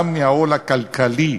גם מהעול הכלכלי,